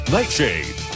Nightshade